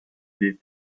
des